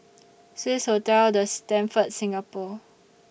Swissotel The Stamford Singapore